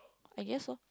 I guess so